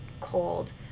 cold